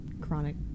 chronic